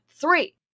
three